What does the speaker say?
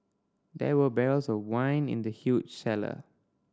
there were barrels of wine in the huge cellar